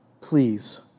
please